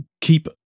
keep